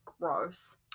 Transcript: Gross